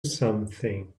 something